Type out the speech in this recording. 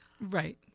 Right